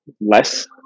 less